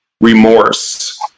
remorse